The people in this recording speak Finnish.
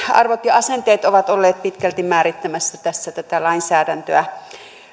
arvot ja asenteet ovat olleet pitkälti määrittämässä tätä lainsäädäntöä